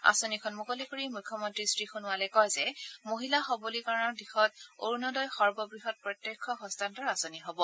আঁচনিখন মুকলি কৰি মুখ্যমন্তী শ্ৰীসোণোৱালে কয় যে মহিলা সৱলীকৰণৰ দিশত অৰুণোদয় সৰ্ববৃহৎ প্ৰত্যক্ষ হস্তান্তৰ আঁচনি হ'ব